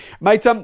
Mate